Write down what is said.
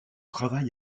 travail